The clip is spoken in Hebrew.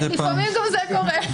נדיר, אבל קורה.